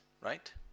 right